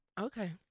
okay